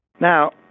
Now